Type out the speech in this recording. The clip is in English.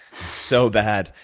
so bad.